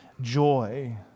joy